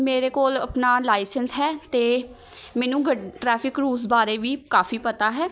ਮੇਰੇ ਕੋਲ ਆਪਣਾ ਲਾਇਸੈਂਸ ਹੈ ਅਤੇ ਮੈਨੂੰ ਗੱ ਟਰੈਫਿਕ ਰੂਲਸ ਬਾਰੇ ਵੀ ਕਾਫੀ ਪਤਾ ਹੈ